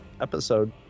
episode